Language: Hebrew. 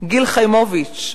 גיל חיימוביץ,